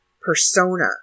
persona